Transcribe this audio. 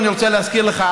אני רוצה להזכיר לך,